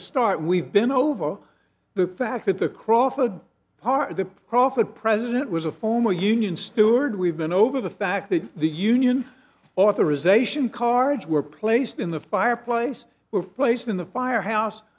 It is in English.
the start we've been over the fact that the crawford part of the crawford president was a former union steward we've been over the fact that the union authorization cards were placed in the fireplace were placed in the firehouse